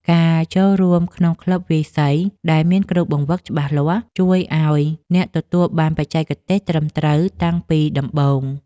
ការចូលរួមក្នុងក្លឹបវាយសីដែលមានគ្រូបង្វឹកច្បាស់លាស់ ជួយឱ្យអ្នកទទួលបានបច្ចេកទេសត្រឹមត្រូវតាំងពីដំបូង។